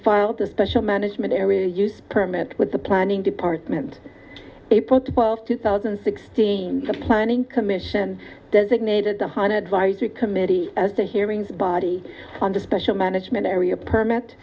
filed a special management area use permit with the planning department april twelfth two thousand and sixteen the planning commission designated the hon advisory committee as the hearings body under special management area permit